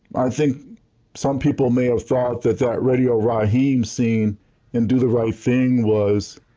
i think some people may have thought that that radio raheem scene in do the right thing was